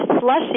slushy